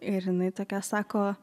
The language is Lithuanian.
ir jinai tokia sako